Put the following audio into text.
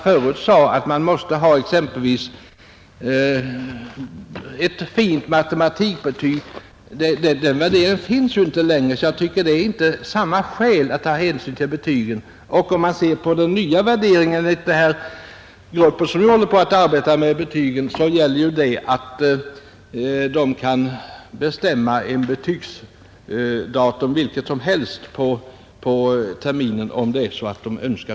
Förr kunde det krävas exempelvis ett fint matematikbetyg, men sådana värderingar görs ju inte längre, så det finns nu inte samma skäl att ta hänsyn till betygen. Enligt de nya värderingar som föreslås av den grupp som håller på och arbetar med betygen skall man också kunna bestämma ett betygsdatum vilket som helst under terminen, om man så önskar.